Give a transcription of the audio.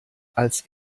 als